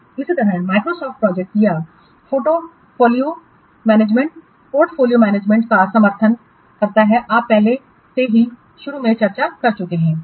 इसी तरह Microsoft project यह पोर्टफोलियो मैनेजमेंट पोर्टफोलियो मैनेजमेंट का समर्थन करता है आप पहले से ही शुरू में चर्चा कर चुके हैं